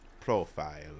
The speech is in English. profile